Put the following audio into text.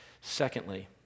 Secondly